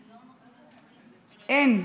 אין.